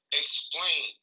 explain